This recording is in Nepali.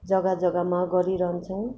जग्गा जग्गामा गरिरहन्छौँ